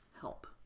help